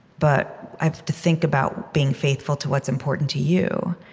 but i have to think about being faithful to what's important to you.